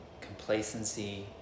complacency